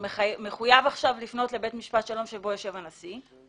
הוא מחויב עכשיו לפנות לבית משפט שלום שבו יושב הנשיא,